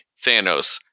Thanos